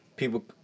People